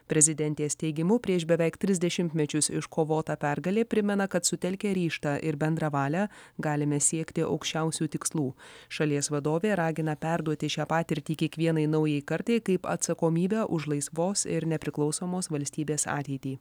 prezidentės teigimu prieš beveik tris dešimtmečius iškovota pergalė primena kad sutelkę ryžtą ir bendrą valią galime siekti aukščiausių tikslų šalies vadovė ragina perduoti šią patirtį kiekvienai naujai kartai kaip atsakomybę už laisvos ir nepriklausomos valstybės ateitį